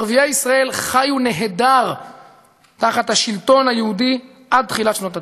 ערביי ישראל חיו נהדר תחת השלטון היהודי עד תחילת שנות ה-90.